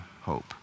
hope